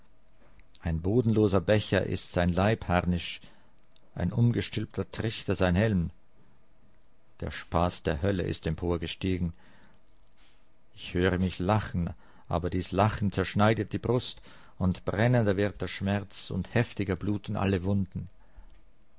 ein bodenloser becher ist sein leibharnisch ein umgestülpter trichter sein helm der spaß der hölle ist emporgestiegen ich höre mich lachen aber dies lachen zerschneidet die brust und brennender wird der schmerz und heftiger bluten alle wunden